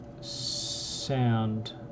sound